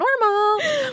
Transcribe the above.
normal